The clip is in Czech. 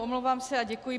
Omlouvám se a děkuji.